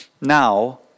now